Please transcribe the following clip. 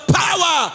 power